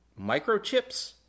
microchips